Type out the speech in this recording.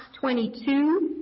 22